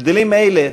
הבדלים אלה,